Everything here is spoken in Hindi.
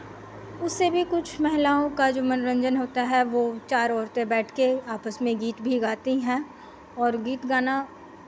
उससे भी कुछ महिलाओं का जो मनोरंजन होता है वो चार औरतें बैठ के आसपास में गीत भी गाती हैं और गीत गाना